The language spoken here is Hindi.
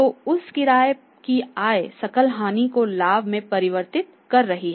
तो उस किराए की आय सकल हानि को लाभ में परिवर्तित कर रही है